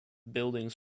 buildings